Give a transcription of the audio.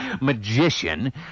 magician